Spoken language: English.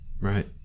Right